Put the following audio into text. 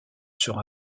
sur